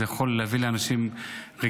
זה יכול להביא לאנשים רגיעה,